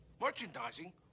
Merchandising